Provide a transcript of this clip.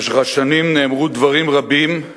במשך השנים נאמרו דברים רבים,